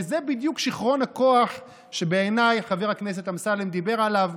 וזה בדיוק שיכרון הכוח שבעיניי חבר הכנסת אמסלם דיבר עליו,